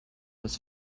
was